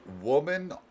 woman